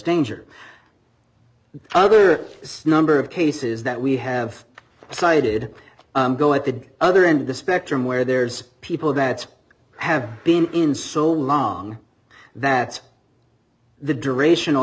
danger other number of cases that we have decided go at the other end of the spectrum where there's people that have been in so long that the duration